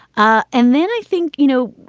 ah and then i think, you know,